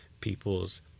people's